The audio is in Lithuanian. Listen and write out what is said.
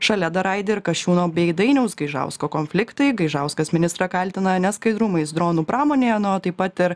šalia dar aidi ir kasčiūno bei dainiaus gaižausko konfliktai gaižauskas ministrą kaltina neskaidrumais dronų pramonėje na o taip pat ir